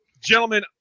gentlemen